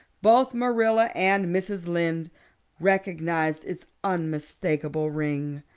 both marilla and mrs. lynde recognized its unmistakable ring.